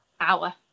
hour